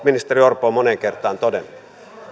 ministeri orpo on moneen kertaan todennut